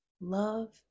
Love